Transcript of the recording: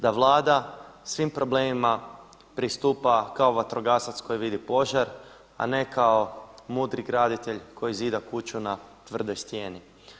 Da Vlada svim problemima pristupa kao vatrogasac koji vidi požar a ne kao mudri graditelj koji zida kuću na tvrdoj stijeni.